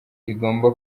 igomba